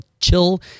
chill